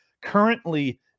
currently